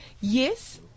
Yes